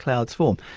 clouds form.